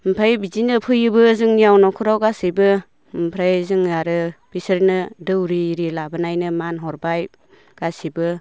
ओमफ्राय बिदिनो फैयोबो जोंनियाव न'खराव गासिबो ओमफ्राय जोङो आरो बिसोरनो दौरि इरि लाबोनायनो मान हरबाय गासिबो